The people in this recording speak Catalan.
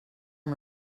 amb